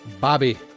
Bobby